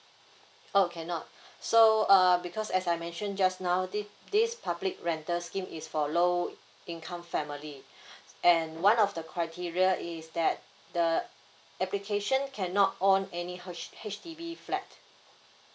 oo can not so uh because as I mention just now thi~ this public rental scheme is for low income family and one of the criteria is that the application can not own any H H_D_B flat